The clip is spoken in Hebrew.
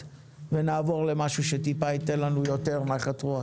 ונעבור למשהו שטיפה ייתן לנו יותר נחת רוח.